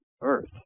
Earth